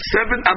Seven